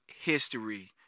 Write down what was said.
History